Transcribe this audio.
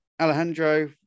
Alejandro